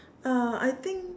uh I think